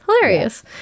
hilarious